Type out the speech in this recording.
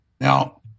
Now